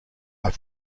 are